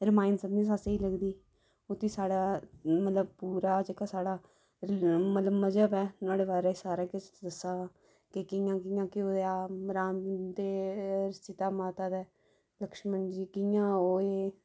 रामायण सभनें शा स्हेई लगदी उस च साढ़ा मतलब पूरा जेह्का साढ़ा रिलि मतलब महजब ऐ नुहाड़े बारे च सारा किश दस्से दा ते कि'यां कि'यां केह् होएया राम दे सीता माता ते लक्षमण जी कि'यां ओह् होऐ